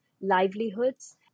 livelihoods